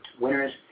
winners